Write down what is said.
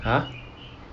!huh!